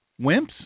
Wimps